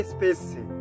Space